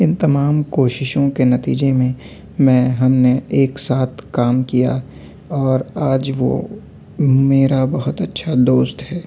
اِن تمام کوششوں کے نتیجے میں میں ہم نے ایک ساتھ کام کیا اور آج وہ میرا بہت اچھا دوست ہے